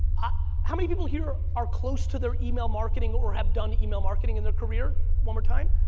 ah how many people here are close to their email marketing or have done email marketing in their career? one more time.